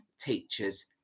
teachers